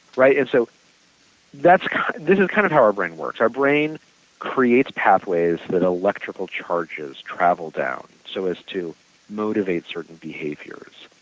right and so that's this is kind of how our brain works. our brain creates pathways that electrical charges travel down so as to motivate certain behaviors.